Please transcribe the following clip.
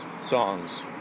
songs